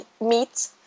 meat